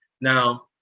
Now